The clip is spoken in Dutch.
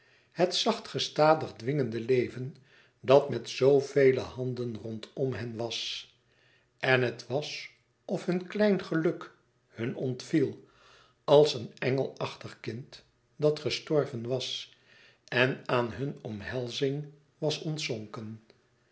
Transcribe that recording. het zacht gestadig dwingende leven dat met zoovele handen rondom hen was en het was of hun klein geluk hun ontviel als een engelachtig kind dat gestorven was en aan hunne omhelzing was